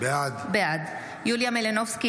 בעד יוליה מלינובסקי,